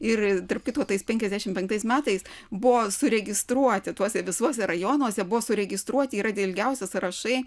ir tarp kitko tais penkiasdešimt penktais metais buvo suregistruoti tuose visuose rajonuose buvo suregistruoti yra ilgiausi sąrašai